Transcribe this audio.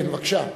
כן, בבקשה.